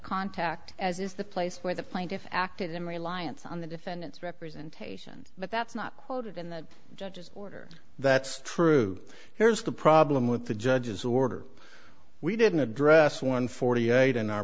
contact as is the place where the plaintiff acted in reliance on the defendant's representation but that's not quoted in the judge's order that's true here's the problem with the judge's order we didn't address one forty eight in our